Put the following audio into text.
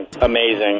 amazing